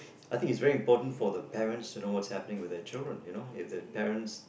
I think is very important for the parents to know what's happening with their children you know if their parents